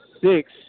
six